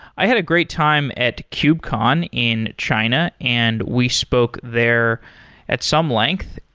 i had a great time at kubecon in china and we spoke there at some length,